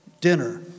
dinner